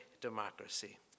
democracy